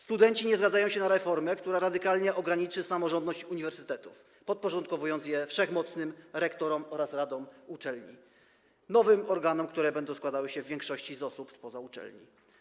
Studenci nie zgadzają się na reformę, która radykalnie ograniczy samorządność uniwersytetów, podporządkowując je wszechmocnym rektorom oraz radom uczelni, nowym organom, które będą składały się w większości z osób spoza uczelni.